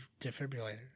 defibrillator